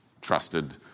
trusted